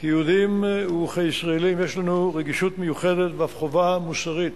כיהודים וכישראלים יש לנו רגישות מיוחדת ואף חובה מוסרית